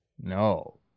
No